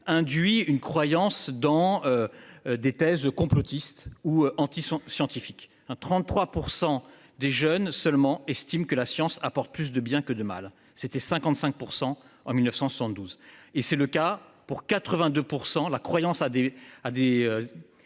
induit une croyance dans. Des thèses complotistes ou anti-sont scientifique hein. 33% des jeunes seulement estime que la science apporte plus de bien que de mal, c'était 55% en 1972 et c'est le cas pour 82%, la croyance à des